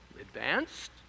Advanced